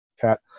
chat